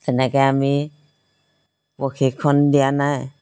তেনেকৈ আমি প্ৰশিক্ষণ দিয়া নাই